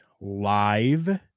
live